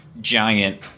giant